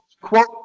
quote